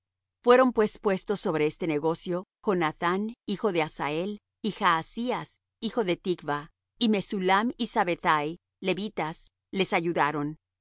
fueron pues puestos sobre este negocio jonathán hijo de asael y jaazías hijo de tikvah y mesullam y sabethai levitas les ayudaron hicieron así los